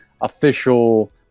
official